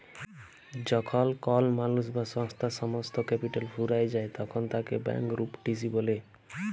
যখল কল মালুস বা সংস্থার সমস্ত ক্যাপিটাল ফুরাঁয় যায় তখল তাকে ব্যাংকরূপটিসি ব্যলে